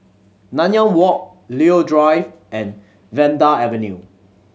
Nanyang Walk Leo Drive and Vanda Avenue